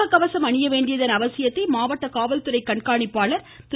முக கவசம் அணியவேண்டியதன் அவசியத்தை மாவட்ட காவல்துறை கண்காணிப்பாளர் திரு